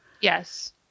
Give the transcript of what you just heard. yes